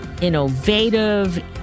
innovative